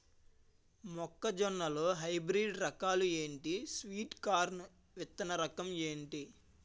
మొక్క జొన్న లో హైబ్రిడ్ రకాలు ఎంటి? స్వీట్ కార్న్ విత్తన రకం ఏంటి?